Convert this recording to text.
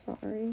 sorry